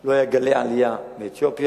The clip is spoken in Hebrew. לא היו גלי עלייה מאתיופיה.